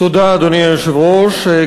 אדוני היושב-ראש,